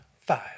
five